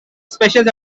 specials